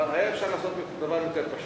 אבל היה אפשר לעשות דבר יותר פשוט,